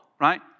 right